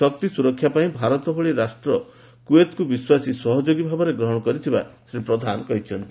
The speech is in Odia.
ଶକ୍ତି ସୁରକ୍ଷା ପାଇଁ ଭାରତ ଭଳି ରାଷ୍ଟ୍ର କୁଏଚକୁ ବିଶ୍ୱାସୀ ସହଯୋଗୀ ଭାବରେ ଗ୍ରହଣ କରିଥିବା ଶ୍ରୀ ପ୍ରଧାନ କହିଛନ୍ତି